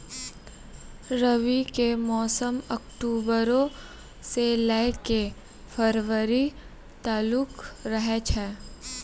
रबी के मौसम अक्टूबरो से लै के फरवरी तालुक रहै छै